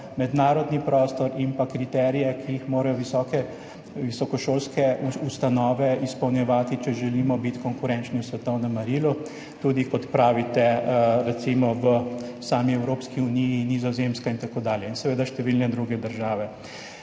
mednarodni prostor in pa kriterije, ki jih morajo visokošolske ustanove izpolnjevati, če želimo biti konkurenčni v svetovnem merilu, tudi, kot pravite, recimo v sami Evropski uniji, Nizozemska in seveda številne druge države.